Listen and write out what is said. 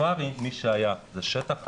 בספארי מי שהיה, זה שטח ענק,